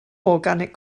organic